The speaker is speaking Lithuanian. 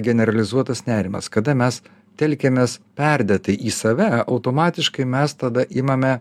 generalizuotas nerimas kada mes telkiamės perdėtai į save automatiškai mes tada imame